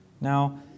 Now